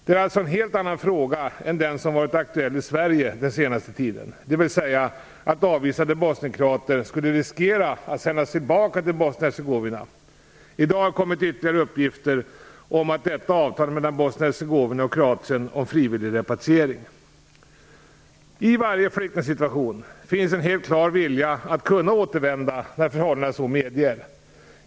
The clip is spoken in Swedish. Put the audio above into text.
Det är alltså en helt annan fråga än den som varit aktuell i Sverige den senaste tiden - dvs. att avvisade bosnienkroater skulle riskera att sändas tillbaka till Bosnien-Hercegovina. I dag har det kommit ytterligare uppgifter om detta avtal mellan I varje flyktingsituation finns en helt klar vilja att kunna återvända när förhållandena så medger.